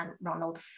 Ronald